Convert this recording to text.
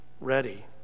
ready